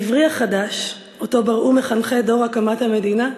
העברי החדש, שאותו בראו מחנכי דור הקמת המדינה,